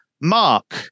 Mark